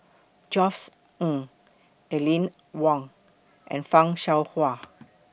Josef Ng Aline Wong and fan Shao Hua